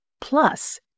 plus